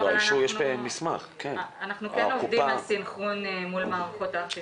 אנחנו כן עובדים על סנכרון מול מערכות האכיפה.